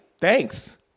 Thanks